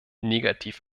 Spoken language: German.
negativ